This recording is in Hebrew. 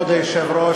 כבוד היושב-ראש,